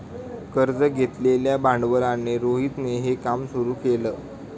कर्ज घेतलेल्या भांडवलाने रोहितने हे काम सुरू केल